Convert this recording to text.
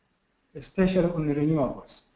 especially on the renewables.